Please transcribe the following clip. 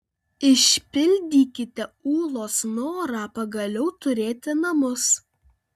išpildykite ūlos norą pagaliau turėti namus